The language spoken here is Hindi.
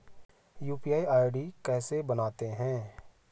यु.पी.आई आई.डी कैसे बनाते हैं?